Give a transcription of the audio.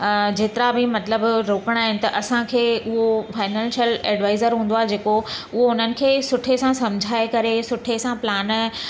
अ जेतिरा बि मतिलबु रोकणा आहिनि त असांखे उहो फाइनैंशियल एडवाइज़र हूंदो आहे जेको उहो उन्हनि खे सुठे सां सम्झाइ करे सुठे सां प्लान